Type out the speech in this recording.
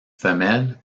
femelle